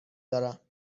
دارم